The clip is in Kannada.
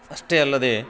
ಅಷ್ಟೇ ಅಲ್ಲದೆ